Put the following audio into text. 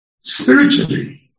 spiritually